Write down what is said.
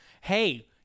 hey